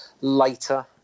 later